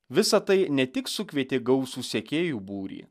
visa tai ne tik sukvietė gausų sekėjų būrį